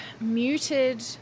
Muted